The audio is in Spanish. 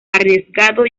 arriesgado